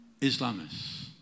Islamists